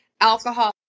alcohol